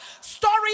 stories